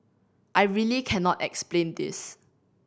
I really cannot explain this